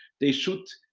they should,